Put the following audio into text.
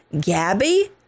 Gabby